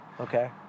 Okay